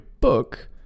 book